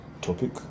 topic